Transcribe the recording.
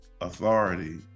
authority